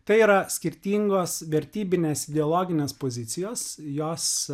tai yra skirtingos vertybinės ideologinės pozicijos jos